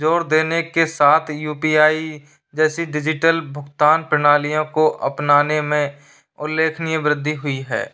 ज़ोर देने के साथ यू पी आई जैसी डिजिटल भुगतान प्रणालियों को अपनाने में उल्लेखनीय वृद्धि हुई है